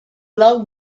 love